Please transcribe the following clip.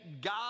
God